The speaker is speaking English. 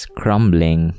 crumbling